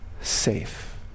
safe